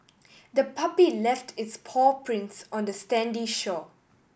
the puppy left its paw prints on the sandy shore